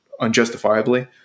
unjustifiably